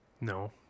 No